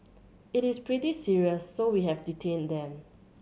it is pretty serious so we have detained them